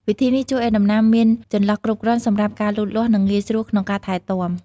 វិធីនេះជួយឱ្យដំណាំមានចន្លោះគ្រប់គ្រាន់សម្រាប់ការលូតលាស់ និងងាយស្រួលក្នុងការថែទាំ។